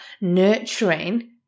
nurturing